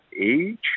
age